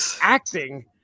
acting